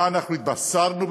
מה אנחנו "התבשרנו"?